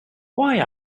why